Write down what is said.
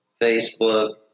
Facebook